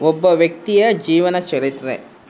ಒಬ್ಬ ವ್ಯಕ್ತಿಯ ಜೀವನ ಚರಿತ್ರೆ